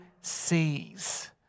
sees